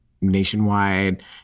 nationwide